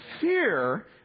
fear